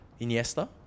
Iniesta